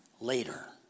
Later